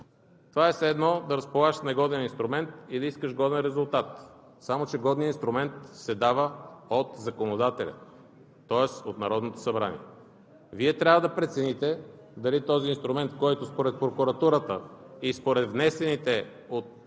Това е все едно да разполагаш с негоден инструмент и да искаш годен резултат. Само че годният инструмент се дава от законодателя, тоест от Народното събрание. Вие трябва да прецените дали този инструмент, който според прокуратурата и според внесените експертни